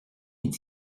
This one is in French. est